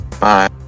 Bye